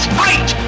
fight